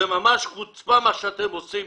זו ממש חוצפה מה שאתם עושים,